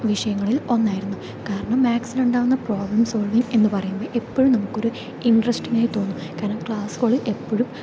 വിഷയങ്ങളിൽ ഒന്നായിരുന്നു കാരണം മാത്സിലുണ്ടാവുന്ന പ്രോബ്ലം സോൾവിങ്ങ് എന്ന് പറയുന്നത് എപ്പോഴും നമ്മക്കൊരു ഇൻട്രെസ്റ്റിങ്ങായിട്ട് തോന്നും കാരണം ക്ലാസുകളിൽ എപ്പോഴും